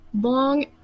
Long